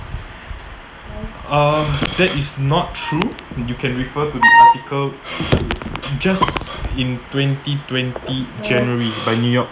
um that is not true you can refer to the article just in twenty-twenty january by new-york